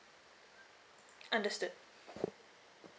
understood